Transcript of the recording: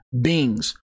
beings